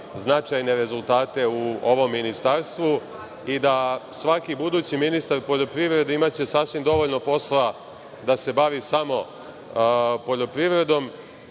značajne rezultate u ovom ministarstvu i da svaki budući ministar poljoprivrede imaće sasvim dovoljno posla da se bavi samo poljoprivredom,